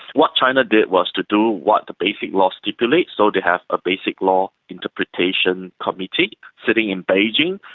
what china did was to do what the basic law stipulates, so they have a basic law interpretation committee sitting in beijing,